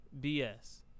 BS